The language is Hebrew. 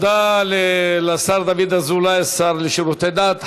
תודה לשר דוד אזולאי, השר לשירותי דת.